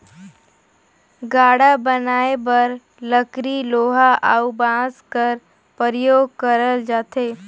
गाड़ा बनाए बर लकरी लोहा अउ बाँस कर परियोग करल जाथे